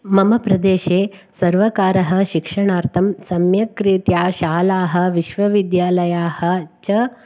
मम प्रदेशे सर्वकारः शिक्षणार्थं सम्यक् रीत्या शालाः विश्वविद्यालयाः च